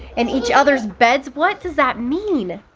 in each others beds. what does that mean?